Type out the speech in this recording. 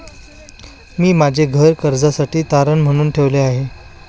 मी माझे घर कर्जासाठी तारण म्हणून ठेवले आहे